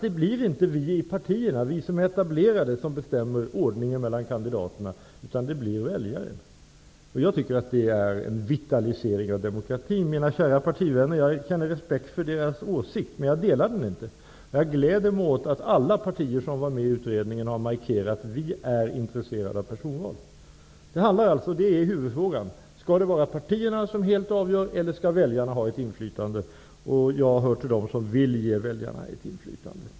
Det blir då inte vi inom partierna, vi etablerade, som bestämmer ordningen mellan kandidaterna, utan det blir väljaren. Jag tycker att det innebär en vitalisering av demokratin. Jag respekterar mina kära partivänners åsikt, som de framfört här, men jag delar den inte. Jag gläder mig åt att alla partier som var med i utredningen har markerat att de är intresserade av personval. Detta är huvudfrågan: Skall det vara partierna som helt avgör, eller skall väljarna ha ett inflytande? Jag hör till dem som vill ge väljarna ett ökat inflytande.